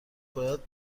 باید